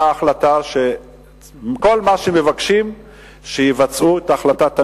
החלטה שכל מה שמבקשים הוא שיבצעו את החלטת הממשלה,